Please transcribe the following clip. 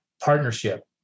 partnership